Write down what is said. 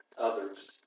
others